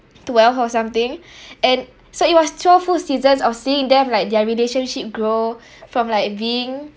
twelve or something and so it was twelve full seasons of seeing them like their relationship grow from like being